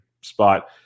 spot